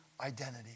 identity